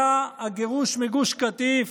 היה הגירוש מגוש קטיף,